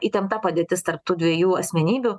įtempta padėtis tarp tų dviejų asmenybių